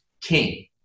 king